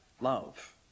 love